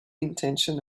intention